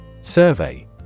Survey